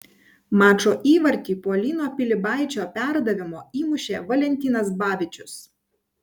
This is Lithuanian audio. mačo įvartį po lino pilibaičio perdavimo įmušė valentinas babičius